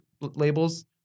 labels